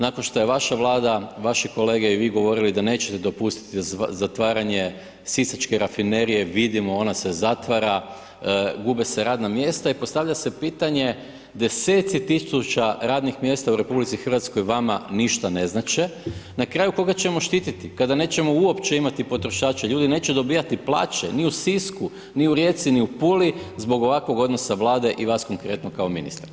Nakon što je vaša Vlada, vaše kolege i vi govorili da nećete dopustiti zatvaranje Sisačke Rafinerije, vidimo ona se zatvara, gube se radna mjesta i postavlja se pitanje, deseci tisuća radnih mjesta u RH vama ništa ne znače, na kraju koga ćemo štititi, kada nećemo uopće imati potrošače, ljudi neće dobivati plaće, ni u Sisku, ni u Rijeci, ni u Puli, zbog ovakvog odnosa Vlade i vas konkretno kao ministra.